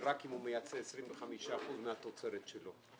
זה רק אם הוא מייצא 25 אחוזים מהתוצרת שלו.